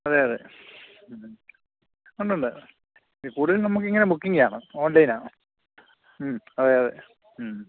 അതെ അതെ മ്മ് ഉണ്ടുണ്ട് കൂടുതലും നമുക്ക് ഇങ്ങനെ ബുക്കിങ്ങ് ആണ് ഓൺലൈനാ മ്മ് അതെ അതെ മ്മ്